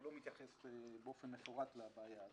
הוא לא מתייחס באופן מפורט לבעיה הזאת.